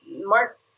Mark